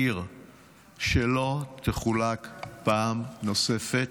עיר שלא תחולק פעם נוספת.